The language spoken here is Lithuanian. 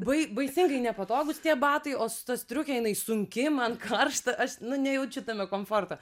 bai baisingai nepatogūs tie batai o su ta striuke jinai sunki man karšta aš nu nejaučiu tame komforto